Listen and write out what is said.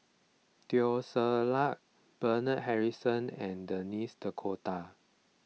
Teo Ser Luck Bernard Harrison and Denis D'Cotta